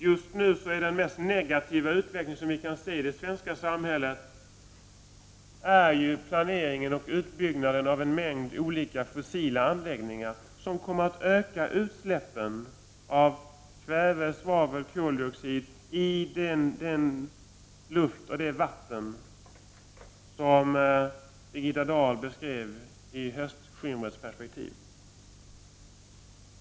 Just nu är den mest negativa utveckling vi kan se i det svenska samhället planeringen och utbyggnaden av en mängd olika fossilbränslelanläggningar, som kommer att öka utsläppen av kväve, svavel och koldioxid i den luft och det vatten som Birgitta Dahl beskrev i höstskimrets perspektiv.